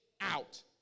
out